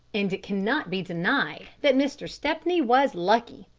and it cannot be denied that mr. stepney was lucky.